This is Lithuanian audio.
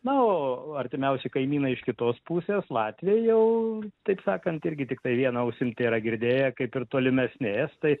na o artimiausi kaimynai iš kitos pusės latviai jau taip sakant irgi tiktai viena ausim tėra girdėję kaip ir tolimesnės tai